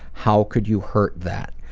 how could you hurt that?